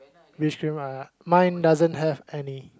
rich cream my doesn't have any